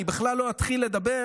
אני בכלל לא אתחיל לדבר